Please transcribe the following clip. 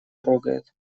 трогает